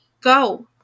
go